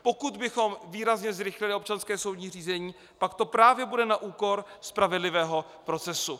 Pokud bychom výrazně zrychlili občanské soudní řízení, pak to právě bude na úkor spravedlivého procesu.